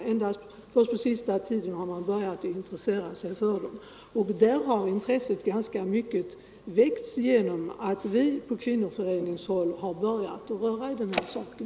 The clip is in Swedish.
Det är först på senaste tiden som man har börjat intressera sig för de deltidsarbetande, och därvid har intresset till ganska stor del väckts genom att vi på kvinnoföreningshåll har börjat röra i den här saken.